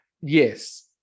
Yes